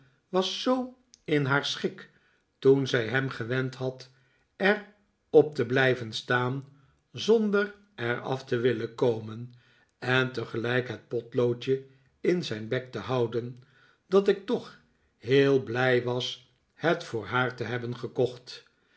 was zoo in haar schik toen zij hem gewend had er op te blijven staan zonder er af te willen komen en tegelijk het potloodje in zijn bek te houden dat ik toch heel blij was het voor haar te hebben gekocht